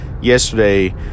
yesterday